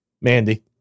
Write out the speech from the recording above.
Mandy